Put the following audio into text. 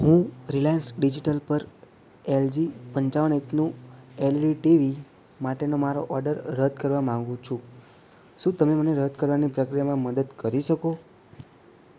હું રિલાયન્સ ડિજિટલ પર એલજી પંચાવન ઇંચનું એલઇડી ટીવી માટેનો મારો ઑડર રદ કરવા માગું છું શું તમે મને રદ કરવાની પ્રક્રિયામાં મદદ કરી શકો